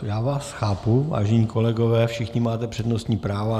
Já vás chápu, vážení kolegové, všichni máte přednostní práva.